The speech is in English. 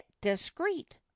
discreet